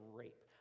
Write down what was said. rape